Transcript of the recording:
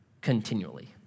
continually